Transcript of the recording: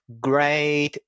great